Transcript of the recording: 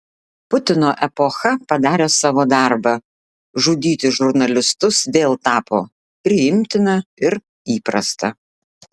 putino epocha padarė savo darbą žudyti žurnalistus vėl tapo priimtina ir įprasta